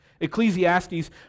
Ecclesiastes